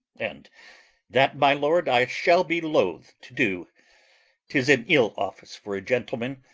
and that, my lord, i shall be loath to do tis an ill office for a gentleman,